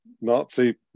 Nazi